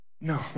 No